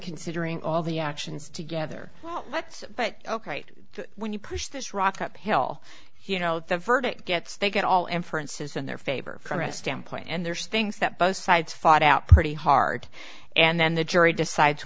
considering all the actions together but but ok when you push this rock uphill you know the verdict gets they get all inferences in their favor from a standpoint and there's things that both sides fought out pretty hard and then the jury decides